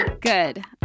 good